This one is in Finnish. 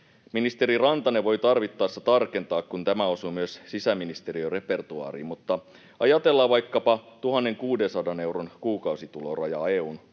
Ministeri Rantanen voi tarvittaessa tarkentaa, kun tämä osuu myös sisäministeriön repertuaariin, mutta ajatellaan vaikkapa 1 600 euron kuukausitulorajaa EU:n